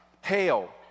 hail